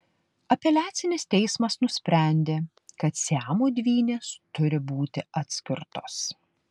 apeliacinis teismas nusprendė kad siamo dvynės turi būti atskirtos